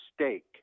stake